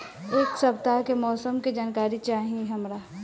एक सपताह के मौसम के जनाकरी चाही हमरा